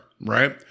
right